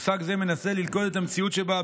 מושג זה מנסה ללכוד את המציאות שבה,